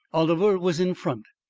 oliver was in front,